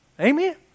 Amen